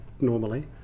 normally